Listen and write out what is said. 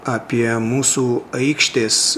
apie mūsų aikštės